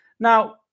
now